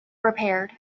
repaired